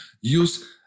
use